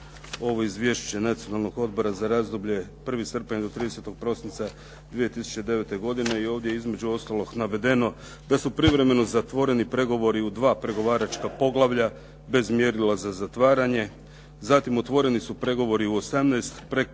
ovo Izvješće Nacionalnog odbora za razdoblje 1. srpanj do 30. prosinca 2008. godine i ovdje je između ostalog navedeno da su privremeno zatvoreni pregovori u dva pregovaračka poglavlja bez mjerila za zatvaranje. Zatim, otvoreni su pregovori u 18